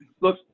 look